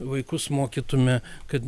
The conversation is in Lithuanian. vaikus mokytume kad